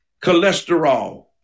cholesterol